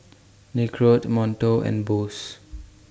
Nicorette Monto and Bose